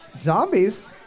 Zombies